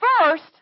first